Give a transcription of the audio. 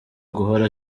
guhora